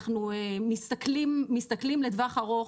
אנחנו מסתכלים לטווח ארוך,